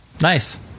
Nice